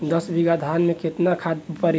दस बिघा धान मे केतना खाद परी?